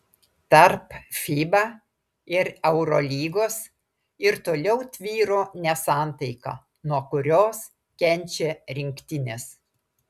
tarp fiba ir eurolygos ir toliau tvyro nesantaika nuo kurios kenčia rinktinės